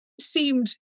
seemed